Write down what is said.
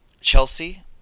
Chelsea